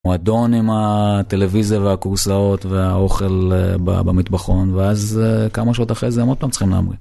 מועדון עם הטלוויזיה והכורסאות והאוכל במטבחון ואז כמה שעות אחרי זה הם עוד פעם צריכים להמריא.